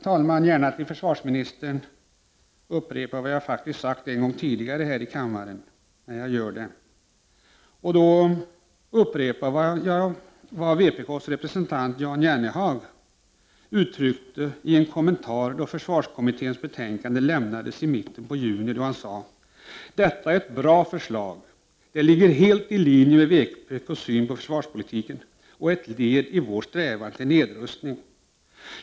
Jag vill gärna till försvarsministern upprepa vad jag har sagt en gång tidigare här i kammaren och återge vad vpk-s representant Jan Jennehag uttryckte i en kommentar då försvarskommitténs betänkande lämnades i mitten på juni. Han sade: Detta är ett bra förslag. Det ligger helt i linje med vpk-s syn på försvarspolitiken och är ett led i vår strävan till nedrustning.